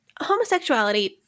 homosexuality